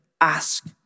ask